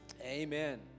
Amen